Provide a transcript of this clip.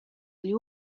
igl